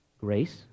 Grace